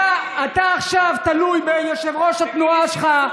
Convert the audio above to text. יבגני, אתה תלוי עכשיו ביושב-ראש התנועה שלך.